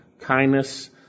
kindness